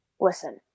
Listen